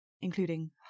including